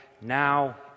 now